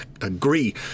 agree